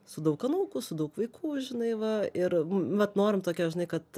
su daug anūkų su daug vaikų žinai va ir vat norim tokia žinai kad